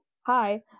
Hi